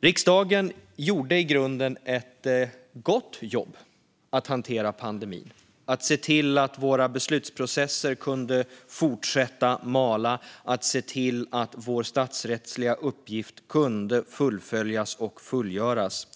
Riksdagen gjorde i grunden ett gott jobb med att hantera pandemin, med att se till att våra beslutsprocesser kunde fortsätta mala och att vår statsrättsliga uppgift kunde fullföljas och fullgöras.